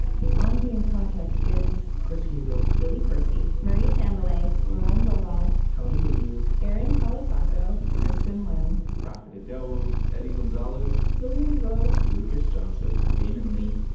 the on being project is chris heagle, lily percy, marie sambilay, lauren dordal, tony liu, erin colasacco, kristin lin, profit idowu, eddie gonzalez, lilian vo, lucas johnson, damon lee,